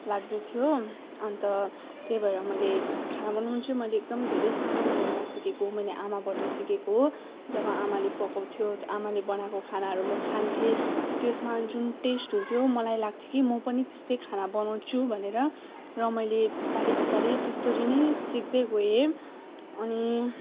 लाग्दैथ्यो अन्त त्यही भएर मैले खाना बनाउनु चाहिँ मैले एकदम धेरै सानो उमेरमा सिकेको मैले आमाबाट सिकेको जब आमाले पकउँथ्यो आमाले बनाएको खानाहरू म खान्थेँ त्यसमा जुन टेस्ट हुन्थ्यो मलाई लाग्थ्यो कि म पनि त्यस्तै खाना बनाउँछु भनेर र मैले बिस्तारी बिस्तारी त्यसरी नै सिक्दै गएँ अनि